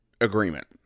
agreement